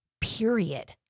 period